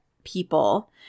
people